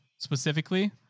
Specifically